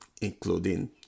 including